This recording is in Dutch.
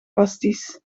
pastis